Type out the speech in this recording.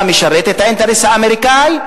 אתה משרת את האינטרס האמריקני?